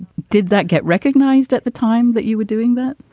did that get recognized at the time that you were doing that?